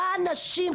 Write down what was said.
למען נשים,